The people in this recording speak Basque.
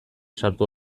sartu